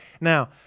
now